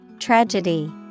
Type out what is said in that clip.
Tragedy